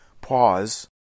Pause